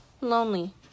Lonely